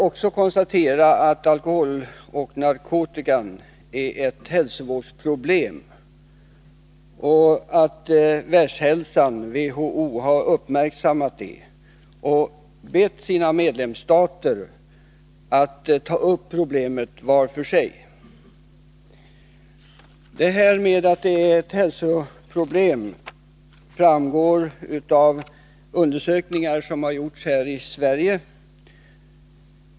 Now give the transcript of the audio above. Bruket av alkohol och narkotika är ett hälsovårdsproblem, och jag kan konstatera att Världshälsovårdsorganisationen, WHO, har uppmärksammat detta och bett sina medlemsstater att var för sig ta upp problemet. Att detta är ett hälsovårdsproblem framgår av undersökningar som gjorts i Sverige.